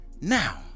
Now